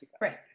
Right